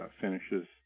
finishes